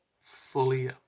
fully